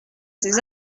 ces